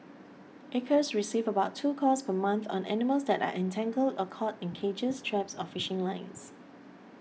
acres receives about two calls per month on animals that are entangled or caught in cages traps or fishing lines